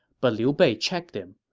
but liu bei checked him.